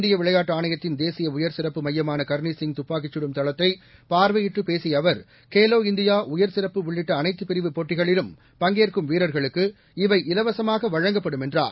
இந்திய விளையாட்டு ஆணையத்தின் தேசிய உயர் சிறப்பு மையமான கர்னி சிங் துப்பாக்கிச் கடும் தளத்தை பார்வையிட்டு பேசிய அவர் கேலோ இந்தியா உயர் சிறப்பு உள்ளிட்ட அனைத்துப் பிரிவு போட்டிகளிலும் பங்கேற்கும் வீரர்களுக்கு இவை இலவசமாக வழங்கப்படும் என்றார்